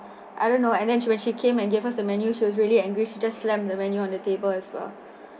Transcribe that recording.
I don't know and then she when she came and gave us the menu she was really angry she just slammed the menu on the table as well